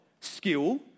skill